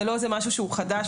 זה לא משהו חדש,